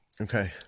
Okay